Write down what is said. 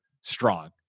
strong